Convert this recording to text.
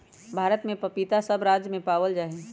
भारत में पपीता सब राज्य में पावल जा हई